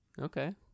Okay